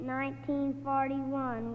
1941